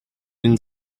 been